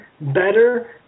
better